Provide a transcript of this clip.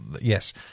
Yes